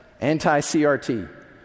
anti-CRT